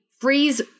freeze